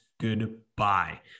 goodbye